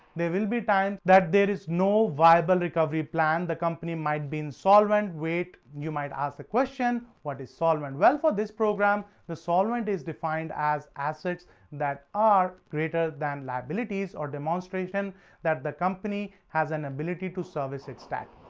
there will be times that there is no viable recovery plan, the company might be insolvent, wait you might ask what is solvent, well, for this program, the solvent is defined as assets that are greater than liabilities or demonstration that the company has an ability to service its debt.